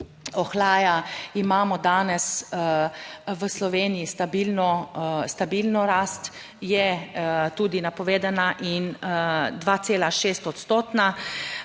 ohlaja, imamo danes v Sloveniji stabilno, stabilno rast, je tudi napovedana in 2,6 odstotna.